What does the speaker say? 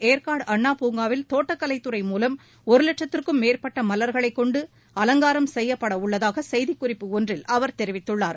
ஏற்காடு அண்ணா பூங்காவில் தோட்டக்கலை துறை மூலம் ஒரு லட்சத்திற்கும் மேற்பட்ட மலர்களைக் கொண்டு அலங்காரம் செய்யப்படவுள்ளதாக செய்திக்குறிப்பு ஒன்றில் அவர் தெரிவித்துள்ளார்